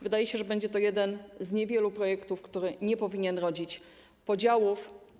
Wydaje się, że będzie to jeden z niewielu projektów, które nie powinny rodzić podziałów.